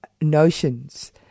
notions